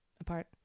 apart